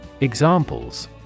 Examples